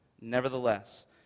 Nevertheless